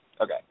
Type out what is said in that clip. Okay